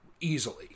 easily